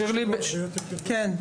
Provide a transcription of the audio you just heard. שירלי --- אדוני שלום,